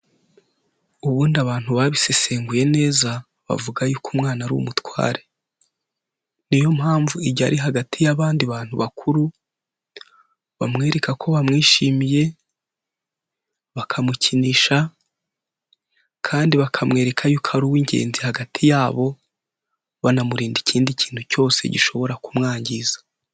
Ubundi abantu babisesenguye neza bavuga yuko umwana ari umutware, niyo mpamvu igihe ari hagati y'abandi bantu bakuru, bamwereka ko bamwishimiye, bakamukinisha kandi bakamwereka yuko ari uw'ingenzi hagati yabo, banamurinda ikindi kintu cyose gishobora kumwangiza.